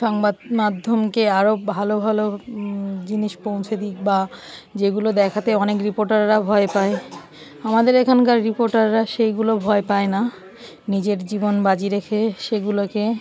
সংবাদ মাধ্যমকে আরও ভালো ভালো জিনিস পৌঁছে দিক বা যেগুলো দেখাতে অনেক রিপোর্টাররা ভয় পায় আমাদের এখানকার রিপোর্টাররা সেইগুলো ভয় পায় না নিজের জীবন বাজি রেখে সেগুলোকে